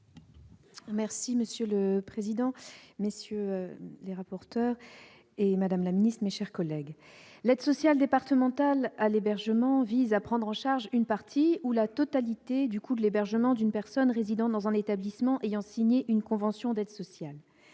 monsieur le président Milon, monsieur le rapporteur, mes chers collègues, l'aide sociale départementale à l'hébergement vise à prendre en charge une partie ou la totalité du coût de l'hébergement d'une personne résidant dans un établissement ayant signé une convention d'aide sociale.